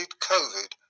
covid